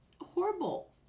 horrible